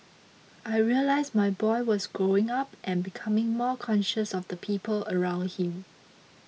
I realised my boy was growing up and becoming more conscious of the people around him